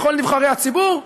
בכל נבחרי הציבור?